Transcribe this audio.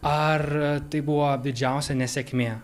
ar tai buvo didžiausia nesėkmė